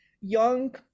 Young